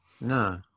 No